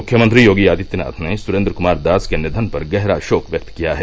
मुख्यमंत्री योगी आदित्यनाथ ने सुरेन्द्र कुमार दास के निधन पर गहरा शोक व्यक्त किया है